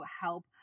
help